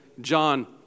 John